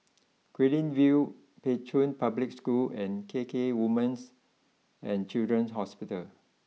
Guilin view Pei Chun Public School and K K Women's and Children's Hospital